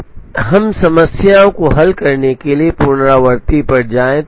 अब हम समस्या को हल करने के लिए पुनरावर्ती पर जाएं